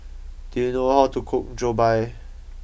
do you know how to cook Jokbal